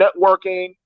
networking